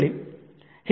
"ಇಲ್ಲ